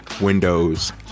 Windows